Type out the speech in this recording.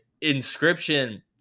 inscription